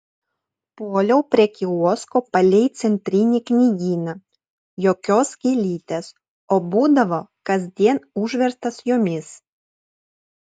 puoliau prie kiosko palei centrinį knygyną jokios gėlytės o būdavo kasdien užverstas jomis